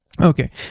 Okay